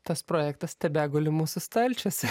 tas projektas tebeguli mūsų stalčiuose